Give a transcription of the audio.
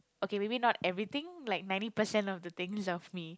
okay maybe not everything like ninety percent of the things of me